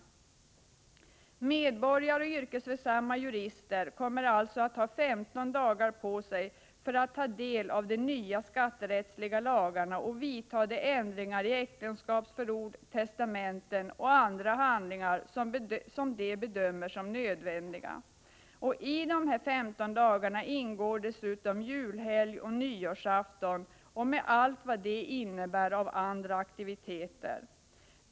Medborgare och yrkesverksamma jurister kommer alltså att ha 15 dagar på sig för att ta del av de nya skatterättsliga lagarna och vidta de ändringar i äktenskapsförord, testamenten och andra handlingar som de bedömer som nödvändiga. I dessa 15 dagar ingår dessutom julhelg och nyårsafton — med allt vad det innebär av andra aktiviteter.